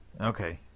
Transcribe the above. Okay